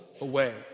away